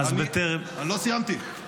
לא סיימתי.